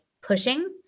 pushing